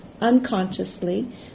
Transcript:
unconsciously